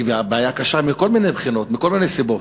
היא בבעיה קשה מכל מיני בחינות, מכל מיני סיבות,